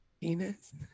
Penis